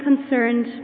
concerned